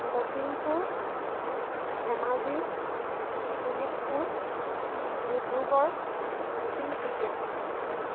Lakhimpur Dhemaji Sonitpur Dibrugarh Tinsukia